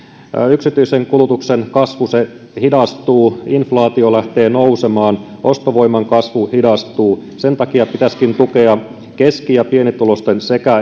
yksityisen kulutuksen kasvu hidastuu inflaatio lähtee nousemaan ostovoiman kasvu hidastuu sen takia pitäisikin tukea keski ja pienituloisten sekä